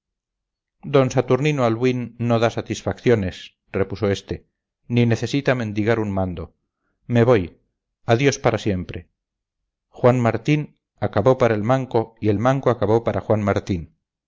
d saturnino albuín no da satisfacciones repuso este ni necesita mendigar un mando me voy adiós para siempre juan martín acabó para el manco y el manco acabó para juan martín